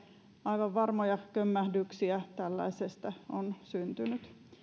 aivan varmoja kömmähdyksiä tällaisesta on syntynyt